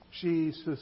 Jesus